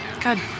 good